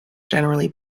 generally